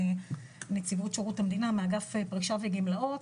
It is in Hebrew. נציבות שירות המדינה מאגף פרישה וגמלאות.